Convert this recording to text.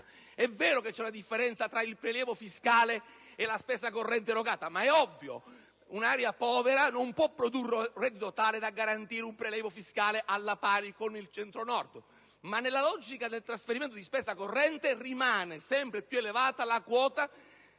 è ovvio - che c'è una differenza tra il prelievo fiscale e la spesa corrente erogata, perché un'area povera non può produrre un reddito tale da garantire un prelievo fiscale alla pari con il Centro-Nord, ma nella logica del trasferimento di spesa corrente rimane sempre più elevata la quota che viene